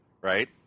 right